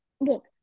look